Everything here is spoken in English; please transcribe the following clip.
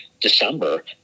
December